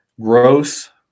Gross